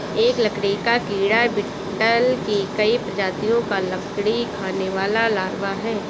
एक लकड़ी का कीड़ा बीटल की कई प्रजातियों का लकड़ी खाने वाला लार्वा है